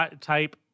type